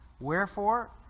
Wherefore